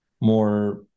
more